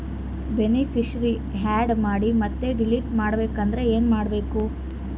Beneficiary, add ಮಾಡಿ ಮತ್ತೆ delete ಮಾಡಬೇಕೆಂದರೆ ಏನ್ ಮಾಡಬೇಕು?